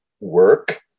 work